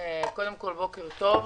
בוקר טוב.